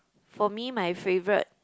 for me my favorite